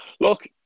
look